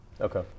Okay